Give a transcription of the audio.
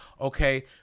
okay